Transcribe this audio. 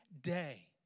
day